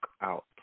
out